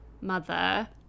mother